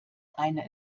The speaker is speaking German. einer